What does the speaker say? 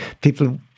people